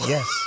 Yes